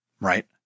Right